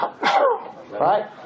Right